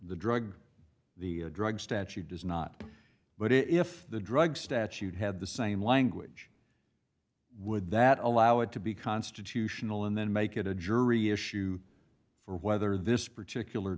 the drug the drug statute does not but if the drug statute had the same language would that allow it to be constitutional and then make it a jury issue for whether this particular